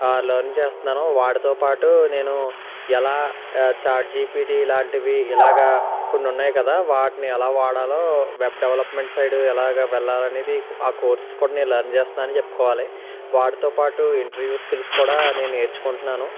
learn చేస్తున్నాను వాటితోపాటు నేను ఎలా చాట్ జీపీటీ లాంటివి ఇలాగా కొన్ని ఉన్నాయి కదా వాటిని ఎలా వాడాలో వెబ్ డవలప్మెంట్ సైడు ఎలాగా వెళ్ళాలనేది ఆ కోర్సు కూడా నేను లర్న్ చేస్తున్నానని చెప్పుకోవాలి వాటితో పాటు ఇంటర్వ్యూ స్కిల్స్ కూడా నేను నేర్చుకుంటున్నాను